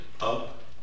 up